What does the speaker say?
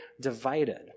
divided